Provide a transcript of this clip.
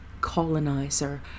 Colonizer